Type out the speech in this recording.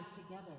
together